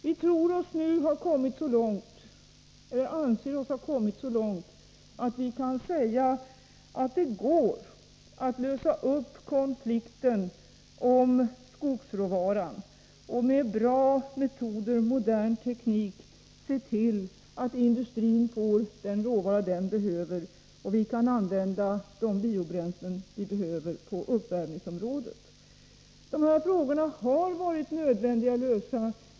Vi anser oss nu ha kommit så långt att vi kan säga att det går att lösa upp konflikterna om skogsråvaran och med bra metoder och modern teknik se till att industrin får den råvara den behöver. Vi kan använda de biobränslen vi behöver på uppvärmningsområdet. De här frågorna har varit nödvändiga att lösa.